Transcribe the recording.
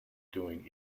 doing